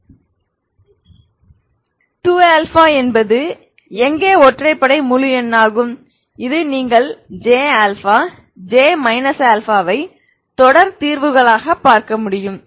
எங்கே என்று தான் 2α என்பது ஒற்றைப்படை முழு எண்ணாகும் இது நீங்கள் J J α ஐ தொடர் தீர்வுகளாக பார்க்க முடியும்